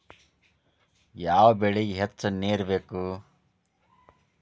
ಯಾವ ಬೆಳಿಗೆ ಹೆಚ್ಚು ನೇರು ಬೇಕು?